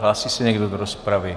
Hlásí se někdo do rozpravy?